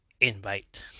invite